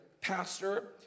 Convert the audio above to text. pastor